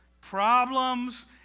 problems